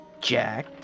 jack